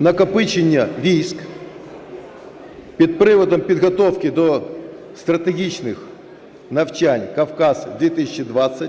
накопичення військ під приводом підготовки до стратегічних навчань "Кавказ-2020"